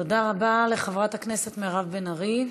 תודה רבה לחברת הכנסת מירב בן ארי.